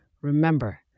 Remember